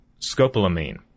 scopolamine